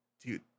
dude